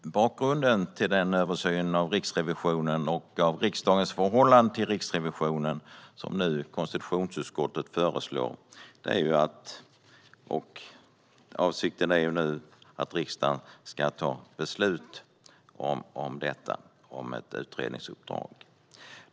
Herr talman! Konstitutionsutskottet föreslår en översyn av Riksrevisionen och riksdagens förhållande till Riksrevisionen. Avsikten är att riksdagen ska ta beslut om ett utredningsuppdrag.